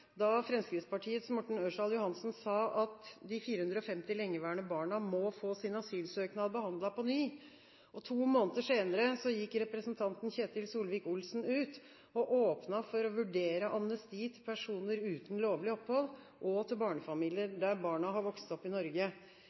da Fremskrittspartiets Morten Ørsal Johansen sa at de 450 lengeværende barna må få sin asylsøknad behandlet på nytt. To måneder senere gikk representanten Ketil Solvik-Olsen ut og åpnet for å vurdere amnesti til personer uten lovlig opphold og til barnefamilier der barna har vokst opp i Norge.